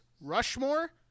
Rushmore